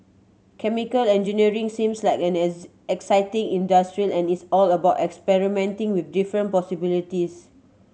chemical engineering seems like an exciting industry as it's about experimenting with different possibilities